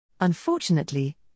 Unfortunately